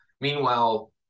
Meanwhile